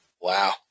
Wow